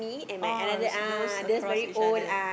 oh those across each other